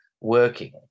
working